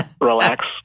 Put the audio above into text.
relax